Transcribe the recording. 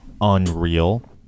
unreal